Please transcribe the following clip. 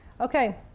Okay